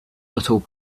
little